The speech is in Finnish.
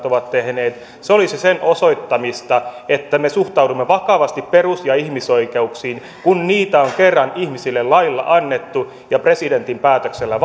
ovat tehneet se olisi sen osoittamista että me suhtaudumme vakavasti perus ja ihmisoikeuksiin kun niitä on kerran ihmisille lailla annettu ja presidentin päätöksellä